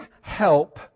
help